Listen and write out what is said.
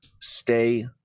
stay